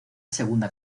segunda